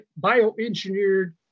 bioengineered